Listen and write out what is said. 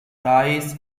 rice